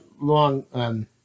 long